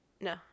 no